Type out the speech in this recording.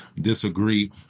disagree